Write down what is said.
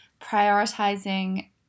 prioritizing